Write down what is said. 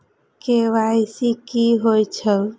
KYC कि होई छल?